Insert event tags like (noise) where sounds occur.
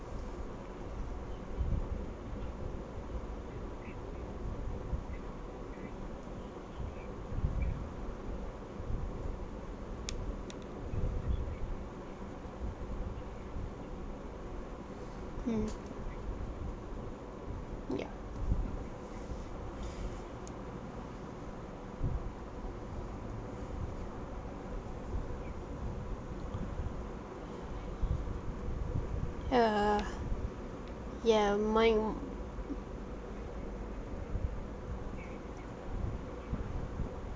hmm mm ya (breath) uh ya